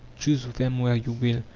choose them where you will,